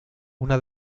una